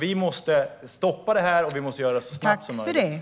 Vi måste stoppa det här, och vi måste göra det så snabbt som möjligt.